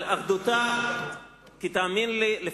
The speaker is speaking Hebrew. כי תאמין לי,